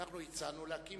ואנחנו הצענו להקים